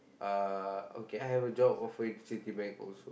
uh okay I have a job offer in Citibank also